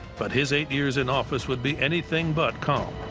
but his eight years in office would be anything but calm.